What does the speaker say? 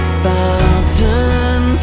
fountain